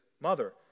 mother